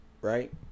Right